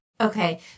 Okay